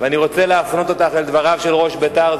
ואני רוצה להפנות אותך לדבריו של ראש בית"ר,